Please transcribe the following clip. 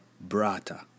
brata